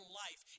life